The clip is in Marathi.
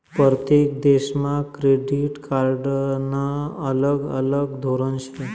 परतेक देशमा क्रेडिट कार्डनं अलग अलग धोरन शे